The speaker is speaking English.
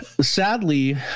sadly